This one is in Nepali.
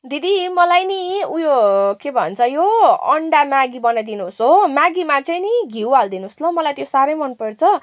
दिदी मलाई नि उयो के भन्छ यो अन्डा म्यागी बनाइदिनुहोस् हो म्यागीमा चाहिँ नि घिउ हालिदिनुहोस् ल त्यो मलाई साह्रै मलाई मनपर्छ